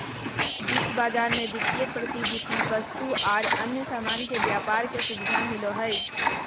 वित्त बाजार मे वित्तीय प्रतिभूति, वस्तु आर अन्य सामान के व्यापार के सुविधा मिलो हय